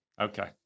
Okay